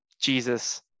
Jesus